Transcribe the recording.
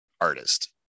artist